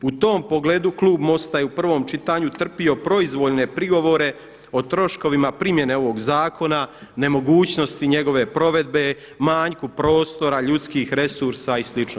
U tom pogledu klub MOST-a je u prvom čitanju trpio proizvoljne prigovore o troškovima primjene ovog zakona, nemogućnosti njegove provedbe, manjku prostora, ljudskih resursa i slično.